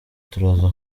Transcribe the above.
turaza